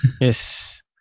Yes